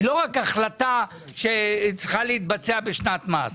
היא לא רק החלטה שצריכה להתבצע בשנת מס.